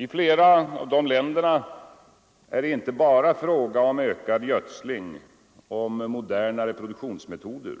I flera av de länderna är det inte bara fråga om ökad gödsling och modernare brukningsmetoder.